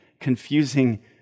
Confusing